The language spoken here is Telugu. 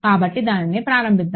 కాబట్టి దానిని ప్రారంభిద్దాం